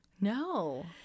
no